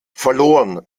verloren